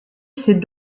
ses